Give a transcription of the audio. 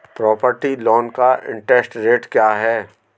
Property loan का interest rate क्या है?